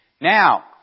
Now